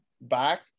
back